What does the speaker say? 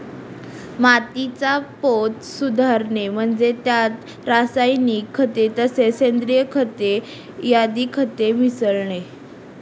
मातीचा पोत सुधारणे म्हणजे त्यात रासायनिक खते तसेच सेंद्रिय खते आदी खते मिसळणे